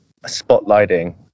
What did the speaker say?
spotlighting